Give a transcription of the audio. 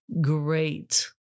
Great